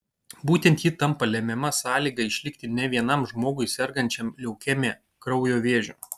būtent ji tampa lemiama sąlyga išlikti ne vienam žmogui sergančiam leukemija kraujo vėžiu